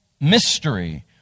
mystery